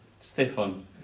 Stefan